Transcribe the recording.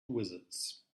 wizards